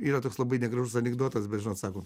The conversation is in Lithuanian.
yra toks labai negražus anekdotas bet žinot sako